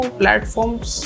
platforms